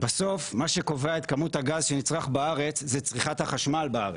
בסוף מה שקובע את כמות הגז שנצרך בארץ זה צריכת החשמל בארץ.